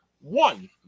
One